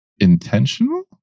intentional